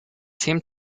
same